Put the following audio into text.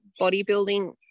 bodybuilding